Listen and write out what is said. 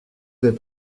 vais